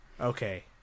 Okay